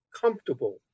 comfortable